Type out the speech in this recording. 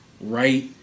right